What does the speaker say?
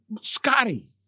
Scotty